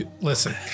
Listen